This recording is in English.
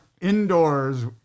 indoors